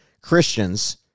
Christians